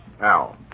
Al